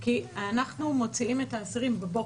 כי אנחנו מוציאים את האסירים בבוקר.